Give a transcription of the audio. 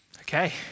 Okay